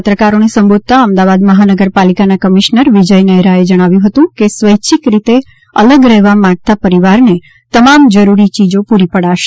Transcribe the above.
પત્રકારોને સંબોધતાં અમદાવાદ મહાનગરપાલિકાના કમિશ્નર વિજય નેહરાએ જણાવ્યું હતું કે સ્વૈચ્છિક રીતે અલગ રહેવા માંગતા પરિવારને તમામ જરૂરી ચીજો પુરી પડાશે